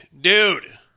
Dude